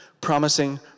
Promising